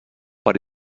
per